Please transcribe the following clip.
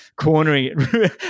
cornering